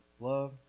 Love